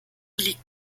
liegt